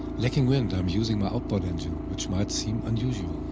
lacking wind, i am using my outboard engine, which might seem unusual.